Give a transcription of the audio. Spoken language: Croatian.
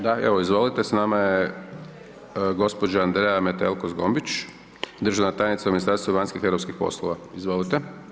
Da, evo izvolite, s nama je gđa. Andreja Metelko Zgombić, državna tajnica u Ministarstvu vanjskih i europskih poslova, izvolite.